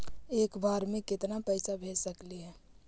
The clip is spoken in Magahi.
एक बार मे केतना पैसा भेज सकली हे?